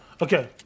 Okay